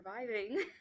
surviving